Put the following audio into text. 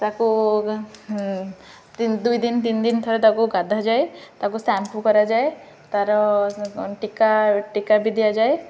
ତା'କୁ ଦୁଇ ଦିନ ତିନି ଦିନ ଥରେ ତା'କୁ ଗାଧାଯାଏ ତା'କୁ ସାମ୍ପୁ କରାଯାଏ ତା'ର ଟୀକା ଟୀକା ବି ଦିଆଯାଏ